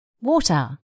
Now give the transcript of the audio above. water